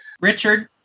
Richard